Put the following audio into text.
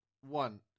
one